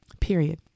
period